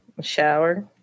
Shower